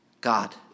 God